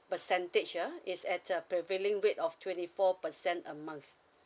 percentage ah is at a prevailing rate of twenty four percent a month